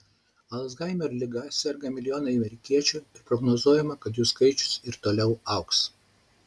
alzhaimerio liga serga milijonai amerikiečių ir prognozuojama kad jų skaičius ir toliau augs